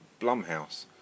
Blumhouse